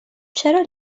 چرا